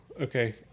okay